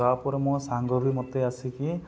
ତା'ପରେ ମୋ ସାଙ୍ଗ ବି ମୋତେ ଆସିକି